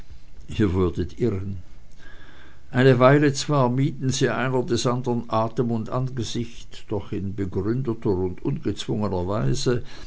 ihr würdet irren eine weile zwar mieden sie einer des anderen atem und angesicht doch in begründeter und ungezwungener weise